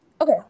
Okay